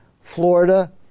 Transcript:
Florida